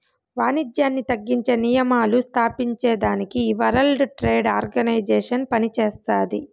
వానిజ్యాన్ని తగ్గించే నియమాలు స్తాపించేదానికి ఈ వరల్డ్ ట్రేడ్ ఆర్గనైజేషన్ పనిచేస్తాది